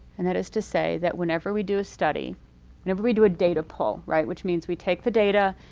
and that is to say that whenever we do a study whenever we do a data poll, right, which means we take the data,